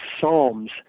psalms